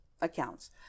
accounts